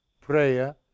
prayer